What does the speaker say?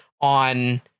on